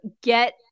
get